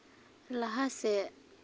ᱞᱟᱦᱟ ᱥᱮᱫ